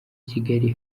kigali